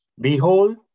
Behold